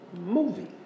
movie